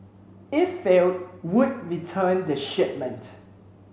if failed would return the shipment